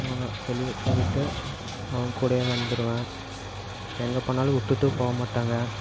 அவங்க வெளியே போய்ட்டு அவங்க கூடயே வந்துடுவேன் எங்கே போனாலும் விட்டுட்டு போகமாட்டாங்க